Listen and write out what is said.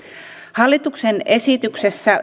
hallituksen esityksessä